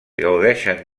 gaudeixen